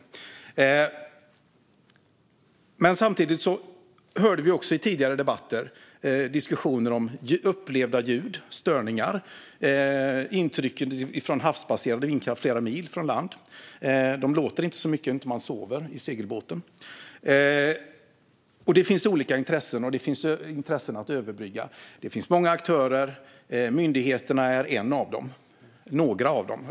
I den tidigare debatten fick vi också höra diskussioner om upplevda ljud, störningar och intryck från havsbaserad vindkraft placerad flera mil från land. De låter inte så mycket såvida man inte sover i sin segelbåt. Det finns olika intressen, och det finns intressen som kan överbryggas. Det finns många aktörer, och myndigheterna är några av dem.